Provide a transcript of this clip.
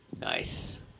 Nice